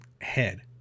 head